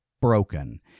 broken